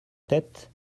tête